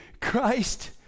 Christ